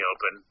Open